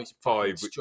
five